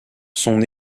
son